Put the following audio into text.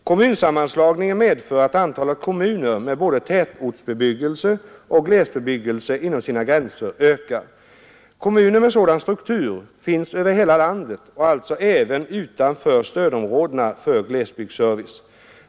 Kommunsammanslagningarna medför att antalet kommuner med både tätortsbebyggelse och glesbygd inom sina gränser ökar. Kommuner med sådan struktur finns över hela landet och alltså även utanför stödområdena för glesbygdsservice.